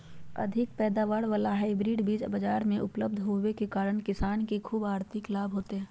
अधिक पैदावार वाला हाइब्रिड बीज बाजार मे उपलब्ध होबे के कारण किसान के ख़ूब आर्थिक लाभ होतय